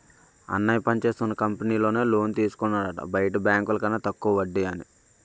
అన్నయ్య పనిచేస్తున్న కంపెనీలో నే లోన్ తీసుకున్నాడట బయట బాంకుల కన్న తక్కువ వడ్డీ అని